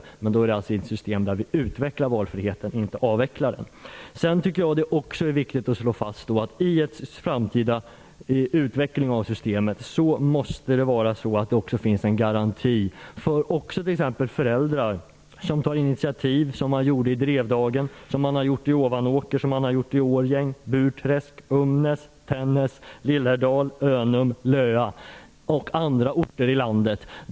Men då gäller det alltså ett system där vi utvecklar valfriheten, inte avvecklar den. Jag tycker också att det är viktigt att slå fast att det i en framtida utveckling av systemet måste finnas en garanti för föräldrar som tar initiativ, som man gjorde i Drevdagen, som man har gjort i Ovanåker, Årjäng, Burträsk, Umnäs, Tännäs, Lillhärdal, Önum, Löa och andra orter i landet.